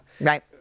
Right